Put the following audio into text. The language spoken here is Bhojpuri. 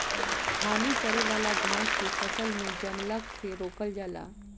हानि करे वाला घास के फसल में जमला से रोकल जाला